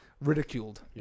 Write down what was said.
Ridiculed